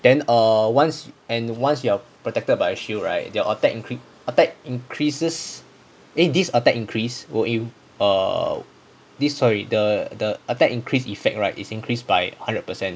then err once and once you are protected by a shield right your attack increase attack increases eh this attack increase will eh err this sorry the the attack increase effect right is increased by a hundred percent